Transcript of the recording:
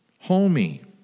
homey